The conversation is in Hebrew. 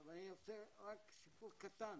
אבל אני רוצה רק סיפור קטן,